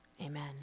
Amen